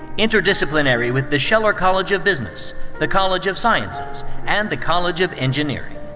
interdisciplinary with the scheller college of business, the college of sciences, and the college of engineering.